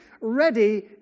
ready